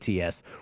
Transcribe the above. ATS